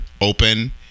open